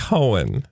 Cohen